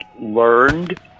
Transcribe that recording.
learned